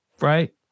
right